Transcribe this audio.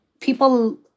People